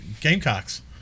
Gamecocks